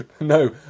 No